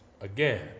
again